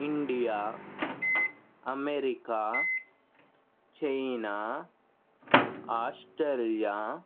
India America China Australia